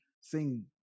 sing